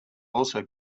also